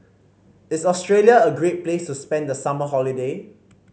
is Australia a great place to spend the summer holiday